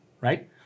right